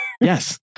Yes